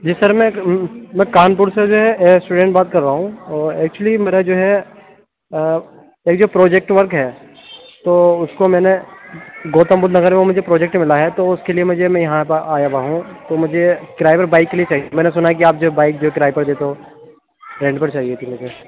جی سرمیں میں کانپور سے جو ہے ایک اسٹوڈنٹ بات کر رہا ہوں اور ایکچولی میرا جو ہے ایک جو پروجیکٹ ورک ہے تو اُس کو میں نے گوتم بدھ نگر میں مجھے پروجیکٹ مِلا ہے تو اُس کے لیے مجھے میں یہاں پہ آیا ہُوا ہوں تو مجھے کرائے پر بائیک کے لیے چاہیے میں سُنا ہے کہ آپ جو بائیک جو ہے کرائے پر دیتے ہو رینٹ پر چاہیے تھی مجھے